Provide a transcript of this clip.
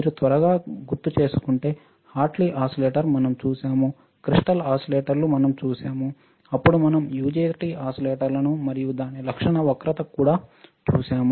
మీరు త్వరగా గుర్తుచేసుకుంటే హార్ట్లీ ఓసిలేటర్ మనం చూశాము క్రిస్టల్ ఓసిలేటర్లు మనం చూశాము అప్పుడు మనం UJT ఓసిలేటర్లను మరియు దాని లక్షణ వక్రతను కూడా చూశాము